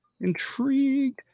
intrigue